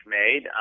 made